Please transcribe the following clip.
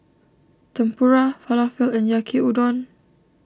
Tempura Falafel and Yaki Udon